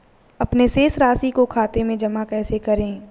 अपने शेष राशि को खाते में जमा कैसे करें?